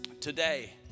today